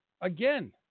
Again